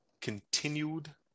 continued